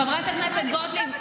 חברת הכנסת גוטליב,